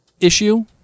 issue